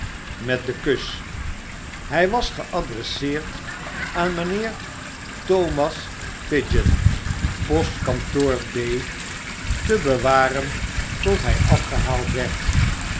met den kus hy was geadresseerd aan mynheer thomas pigeon postkantoor b te bewaren tot hy afgehaald wordt